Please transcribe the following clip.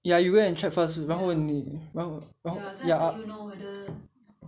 ya you go and check first 然后你然后然后 ya I I